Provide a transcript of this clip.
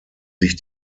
sich